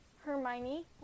Hermione